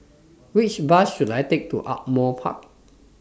Which Bus should I Take to Ardmore Park